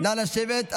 נא לשבת.